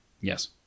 yes